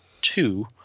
two